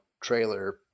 trailer